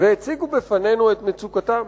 והציגו בפנינו את מצוקתם.